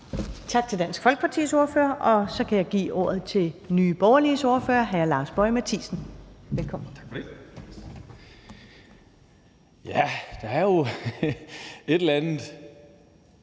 Tak til Dansk Folkepartis ordfører. Og så kan jeg give ordet til Nye Borgerliges ordfører, hr. Lars Boje Mathiesen. Velkommen. Kl. 14:27 (Ordfører) Lars Boje